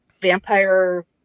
vampire